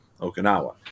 Okinawa